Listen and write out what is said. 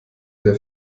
der